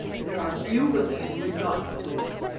there are few women who would not have told him.